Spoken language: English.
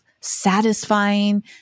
satisfying